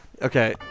Okay